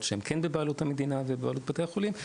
שהן כן בבעלות המדינה ובבעלות בתי החולים,